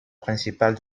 principale